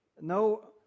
no